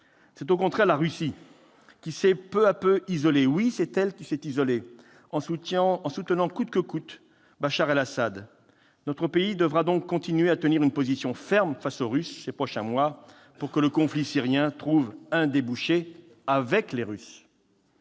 C'est au contraire la Russie qui s'est peu à peu isolée. Oui, c'est elle qui s'est isolée en soutenant coûte que coûte Bachar al-Assad. Notre pays devra donc continuer à tenir une position ferme face aux Russes ces prochains mois pour que le conflit syrien trouve un débouché, avec eux.